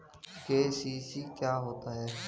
KCC क्या होता है?